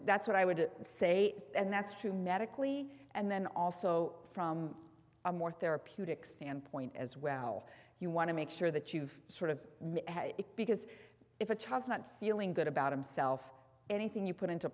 that's what i would say and that's true medically and then also from a more therapeutic standpoint as well you want to make sure that you've sort of had it because if a child is not feeling good about himself anything you put into